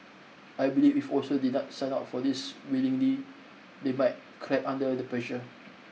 I believe if also did not sign up for this willingly they might crack under the pressure